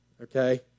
Okay